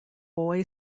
boy